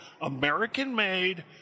American-made